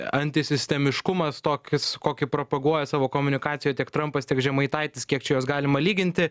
antisistemiškumas tokis kokį propaguoja savo komunikacijoj tiek trampas tiek žemaitaitis kiek čia juos galima lyginti